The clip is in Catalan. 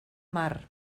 mar